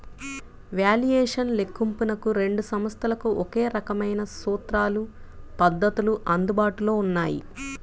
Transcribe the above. valuation లెక్కింపునకు రెండు సంస్థలకు ఒకే రకమైన సూత్రాలు, పద్ధతులు అందుబాటులో ఉన్నాయి